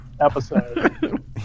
episode